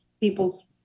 people's